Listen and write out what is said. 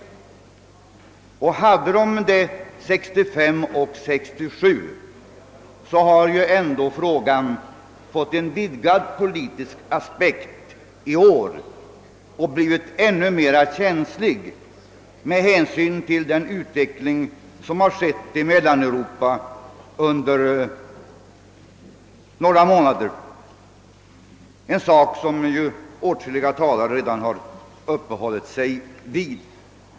Om sådana förelåg under åren 1965 och 1967, kan man säga att de i år vidgats och att frågan blivit ännu känsligare med hänsyn till den utveckling som skett i Mellaneuropa sedan några månader. Detta har f.ö. åtskilliga talare redan uppehållit sig vid.